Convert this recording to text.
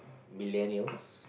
millennial